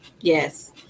yes